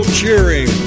cheering